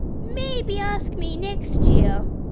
maybe ask me next year